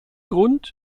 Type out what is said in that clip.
grund